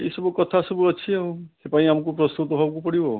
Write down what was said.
ଏ ସବୁକଥା ସବୁ ଅଛି ଆଉ ସେଥିପାଇଁ ଆମକୁ ପ୍ରସ୍ତୁତ ହେବାକୁ ପଡ଼ିବ